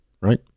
right